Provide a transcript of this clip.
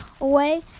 away